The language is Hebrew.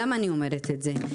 למה אני אומרת את זה?